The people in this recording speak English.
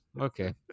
Okay